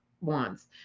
wands